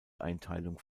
einteilung